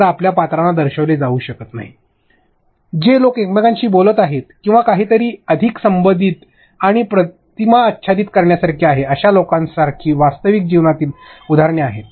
तर आपल्या पात्रांना दर्शविले जाऊ शकत नाही जे लोक एकमेकांशी बोलत आहेत किंवा काहीतरी अधिक संबंधित आणि प्रतिमा आच्छादित करण्यासारखे आहेत अशा लोकांसारखी वास्तविक जीवनात उदाहरणे आहेत